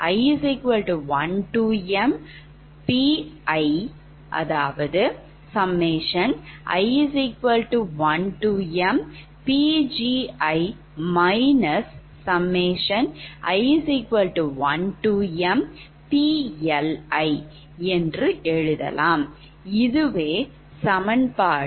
இது 70 வது சமன்பாடு